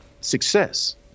success